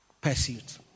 pursuit